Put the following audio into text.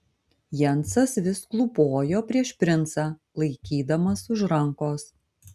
jensas vis klūpojo prieš princą laikydamas už rankos